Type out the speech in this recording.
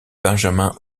benjamin